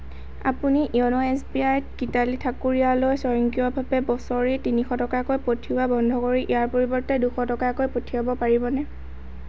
আপুনি য়োনো এছবিআইত গীতালি ঠাকুৰীয়ালৈ স্বয়ংক্ৰিয়ভাৱে বছৰি তিনিশ টকাকৈ পঠিওৱা বন্ধ কৰি ইয়াৰ পৰিৱৰ্তে দুশ টকাকৈ পঠিয়াব পাৰিবনে